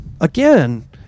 again